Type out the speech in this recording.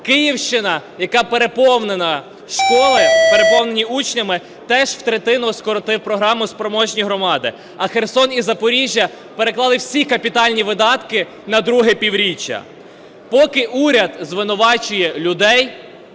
Київщина, яка переповнена, школи переповнені учнями, теж на третину скоротила програму "спроможні громади", а Херсон і Запоріжжя переклали всі капітальні видатки на друге півріччя. Поки уряд звинувачує людей,